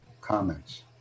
comments